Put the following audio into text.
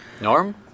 Norm